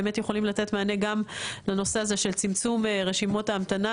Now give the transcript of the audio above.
באמת יכולים לתת מענה גם לנושא הזה של צמצום רשימות ההמתנה